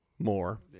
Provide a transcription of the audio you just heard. More